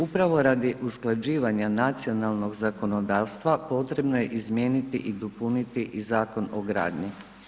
Upravo radi usklađivanja nacionalnog zakonodavstva potrebno je izmijeniti i dopuniti i Zakon o gradnji.